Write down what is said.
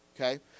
okay